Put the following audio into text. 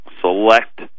select